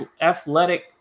athletic